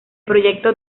proyecto